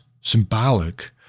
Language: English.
symbolic